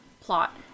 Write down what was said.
plot